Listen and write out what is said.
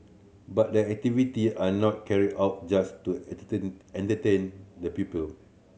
but the activity are not carried out just to entertain the pupil